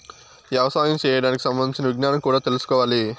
యవసాయం చేయడానికి సంబంధించిన విజ్ఞానం కూడా తెల్సుకోవాలి